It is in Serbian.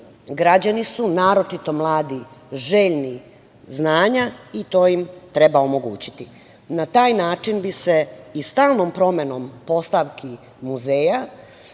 Građani su, naročito mladi, željni znanja i to im treba omogućiti. Na taj način bi se i stalnom promenom postavki muzeja